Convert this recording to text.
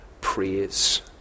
praise